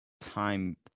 time